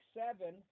seven